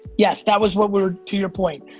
yes, that was what we were. to your point,